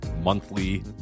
Monthly